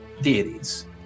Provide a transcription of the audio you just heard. deities